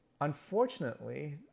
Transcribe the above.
Unfortunately